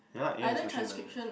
yeah lah a_i is machine learning